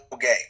game